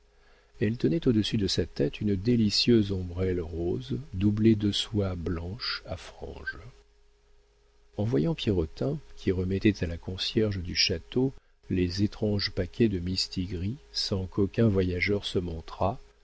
elle tenait au-dessus de sa tête une délicieuse ombrelle rose doublée de soie blanche à franges en voyant pierrotin qui remettait à la concierge du château les étranges paquets de mistigris sans qu'aucun voyageur se montrât